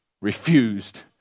refused